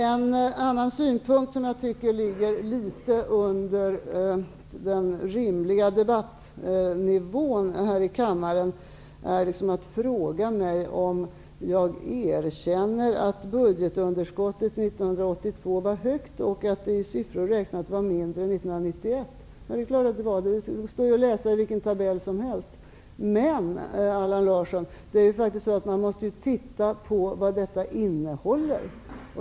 En annan sak som jag tycker ligger litet under den rimliga debattnivån här i kammaren är att fråga mig om jag erkänner att budgetunderskottet 1992 var högt och att det i siffror räknat var mindre 1991. Det är klart att det var. Det står ju att läsa i vilken tabell som helst. Men, Allan Larsson, man måste ju titta på vad detta innehåller.